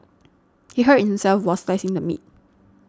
he hurt himself while slicing the meat